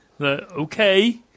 Okay